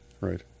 right